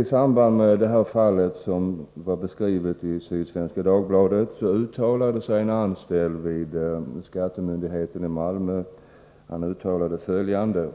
I samband med det fall som beskrivs i artikeln i Sydsvenska Dagbladet uttalar en anställd vid skattemyndigheten i Malmö följande.